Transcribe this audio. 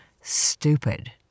stupid